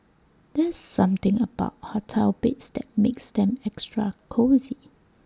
there's something about hotel beds that makes them extra cosy